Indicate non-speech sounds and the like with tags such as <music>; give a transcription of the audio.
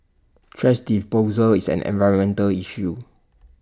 thrash disposal is an environmental issue <noise>